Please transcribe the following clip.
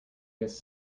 this